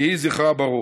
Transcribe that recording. יהי זכרה ברוך.